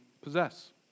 possess